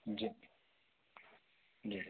जी जी